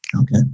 Okay